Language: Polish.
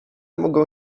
mogą